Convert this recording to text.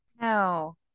no